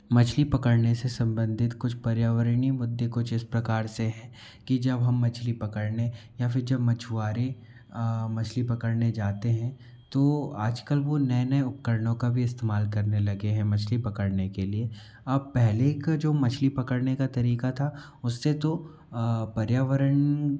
मछली पकड़ने से सम्बंधित कुछ पर्यावरणीय मुद्दे कुछ इस प्रकार से हैं कि जब हम मछली पकड़ने या फिर जब मछुआरे मछली पकड़ने जाते हैं तो आजकल वह नए नए उपकरणों का वी इस्तेमाल करने लगे हैं मछली पकड़ने के लिए अब पहले का जो मछली पकड़ने का तरीका था उससे तो पर्यावरण